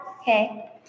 Okay